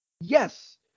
Yes